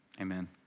amen